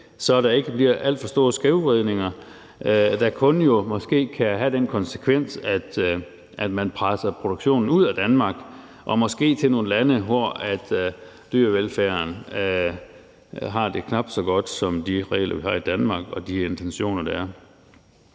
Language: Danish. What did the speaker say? så der ikke bliver alt for store skævvridninger, der måske kan have den konsekvens, at man presser produktionen ud af Danmark og måske til nogle lande, hvor dyrevelfærden har det knap så godt som med de regler, vi har i Danmark, og de intentioner, der er.